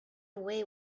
away